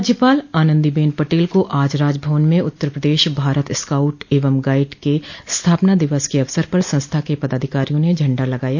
राज्यपाल आनन्दीबेन पटेल को आज राजभवन में उत्तर प्रदेश भारत स्काउट एवं गाइड के स्थापना दिवस के अवसर पर संस्था के पदाधिकारियों ने झंडा लगाया